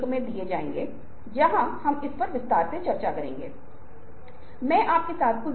लोकाचार से आपका क्या अभिप्राय है